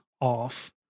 off